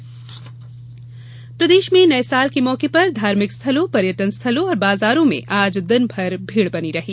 नववर्ष प्रदेश में नए साल के मौके पर धार्मिक स्थलों पर्यटन स्थलों और बाजारों में आज दिन भर भीड़ बनी रही